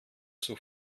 zur